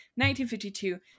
1952